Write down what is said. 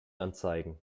anzeigen